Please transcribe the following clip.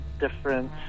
different